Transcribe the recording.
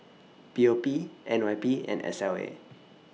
P O P N Y P and S L A